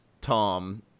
tom